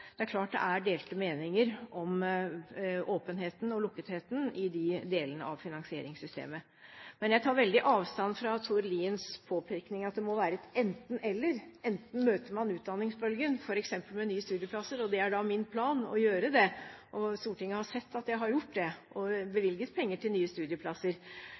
lukketheten i de delene av finansieringssystemet. Men jeg tar veldig avstand fra Tord Liens påpekning av at det må være et enten–eller. Man kan møte utdanningsbølgen f.eks. med nye studieplasser – det er min plan å gjøre det, og Stortinget har sett at jeg har gjort det og bevilget penger til nye studieplasser.